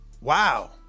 Wow